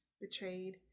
betrayed